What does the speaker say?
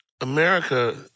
America